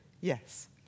Yes